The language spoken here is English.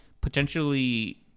potentially